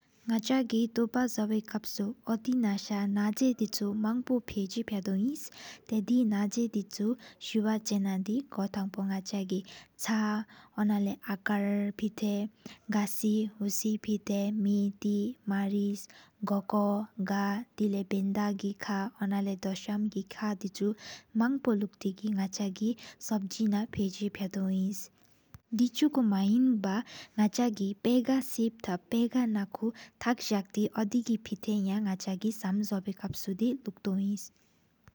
ནག་ཆ་གི་ཐོ་པ་ཟོ་བའི་གབ་སུ། ཨོ་ཌི་ནང་ས་ན་ཧ་དི་ཆུ། མང་པོ་ཕེ་ཟ་ཕ་དོི་ཨིནས། ཐ་དེ་ནང་ཟེ་དི་ཆུ་སུ་བ་ཆེ་ན་དི། གོ་ཐང་པོ་ནག་ཆ་གི་ཆག་དོ་ན་ལེ་ཨ་ཀར་ཕེ་ཏ། གས་སི་ཧུ་སི་ཕེ་ཏ་མེ་ཏི་མ་རིས་གོ་གའ་། དེ་ལས་བེ་ན་གི་ཁ་ལ་དོ་ཤམ་གི་ཁ་ལ། དི་ཆུ་མང་པོ་ལུག་ཏེ་གི་ནག་ཆ་གི་། ཤབ་ཇི་ནང་ཕེ་ཟ་ཕ་དོི་ཨིནས།